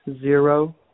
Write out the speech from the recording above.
zero